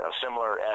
similar